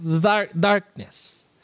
darkness